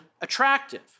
attractive